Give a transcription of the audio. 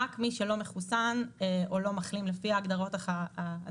רק מי שלא מחוסן או לא מחלים לפי ההגדרות העדכניות,